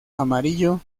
amarillo